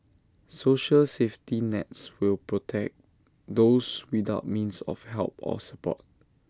social safety nets will protect those without means of help or support